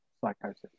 Psychosis